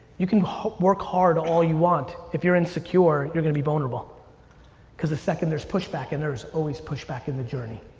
you can work hard all you want. if you're insecure, you're gonna be vulnerable cause the second there's pushback, and there's always pushback in the journey,